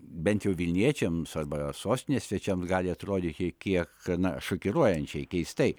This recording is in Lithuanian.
bent jau vilniečiams arba sostinės svečiams gali atrodyti kiek na šokiruojančiai keistai